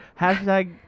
Hashtag